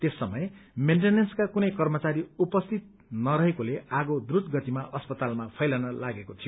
त्यस समय मेन्टेनेन्सका कुनै कर्मचारी उपस्थित नरहेकोले आगो द्रूतगतिमा अस्पतालमा फैल्न लागेको थियो